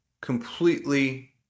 completely